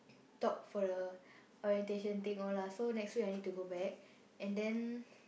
talk for the orientation thing all lah so next week I need to go back and then